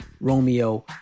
Romeo